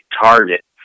target